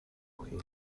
бүхий